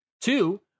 Two